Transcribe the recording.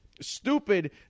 Stupid